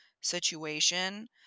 situation